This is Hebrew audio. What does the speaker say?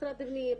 מה את אומרת לי לא?